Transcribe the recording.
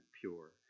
pure